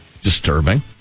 disturbing